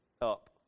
up